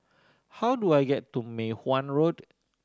how do I get to Mei Hwan Road